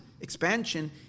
expansion